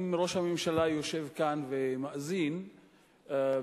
אם ראש הממשלה יושב כאן ומאזין והוא